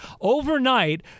Overnight